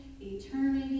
eternity